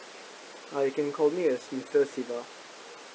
hi can you call me as mister shiba